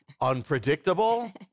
Unpredictable